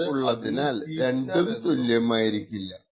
തീർച്ചയായും ഫോൾട്ട് ഉള്ളതിനാൽ രണ്ടും തുല്യമായിരിക്കില്ല